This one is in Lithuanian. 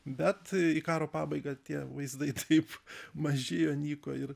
bet karo pabaigą tie vaizdai kaip mažėjo nyko ir